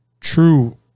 True